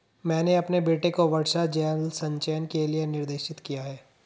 मैंने अपने बेटे को वर्षा जल संचयन के लिए निर्देशित किया